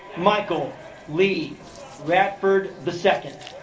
michael lee radford the second